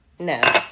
No